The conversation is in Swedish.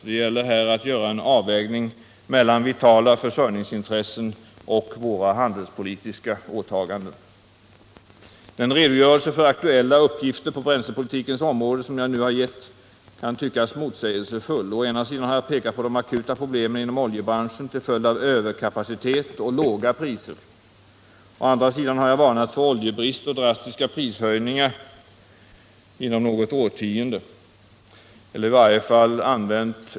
Det gäller här att göra en avvägning mellan vitala försörjningsintressen och våra handelspolitiska åtaganden. Den redogörelse för aktuella uppgifter på bränslepolitikens område som jag nu har gett kan tyckas motsägelsefull. Å ena sidan har jag pekat på de akuta problemen inom oljebranschen till följd av överkapacitet och låga priser. Å andra sidan har jag varnat för oljebrist och drastiska prishöjningar inom något årtionde.